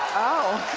oh.